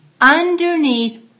Underneath